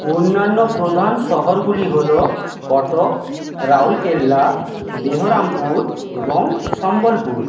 অন্যান্য প্রধান শহরগুলি হলো কটক রাউরকেলা বেহরামপুর এবং সম্বলপুর